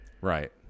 Right